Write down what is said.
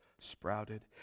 sprouted